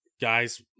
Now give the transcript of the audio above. guys